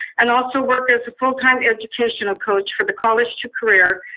and also work as a full time educational coach for the college to career,